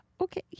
okay